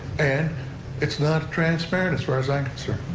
and it's not transparent, as far as i'm concerned.